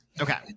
Okay